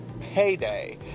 payday